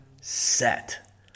set